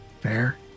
Fair